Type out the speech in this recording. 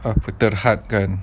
aku terhadkan